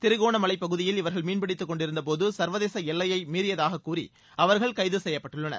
திரிகோணமலைப் பகுதியில் இவர்கள் மீன்பிடித்துக்கொண்டிருந்தபோது சர்வதேச எல்லையை மீறியதாகக் கூறி அவர்கள் கைது செய்யப்பட்டுள்ளனர்